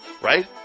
Right